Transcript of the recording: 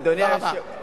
תודה רבה.